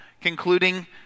concluding